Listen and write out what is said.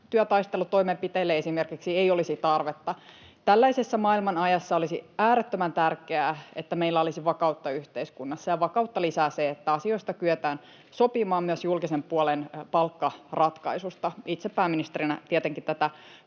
työtaistelutoimenpiteille ei olisi tarvetta. Tällaisessa maailmanajassa olisi äärettömän tärkeää, että meillä olisi vakautta yhteiskunnassa, ja vakautta lisää se, että asioista kyetään sopimaan, myös julkisen puolen palkkaratkaisusta. Itse pääministerinä tietenkin tätä